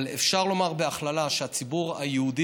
אבל אפשר לומר בהכללה שהציבור היהודי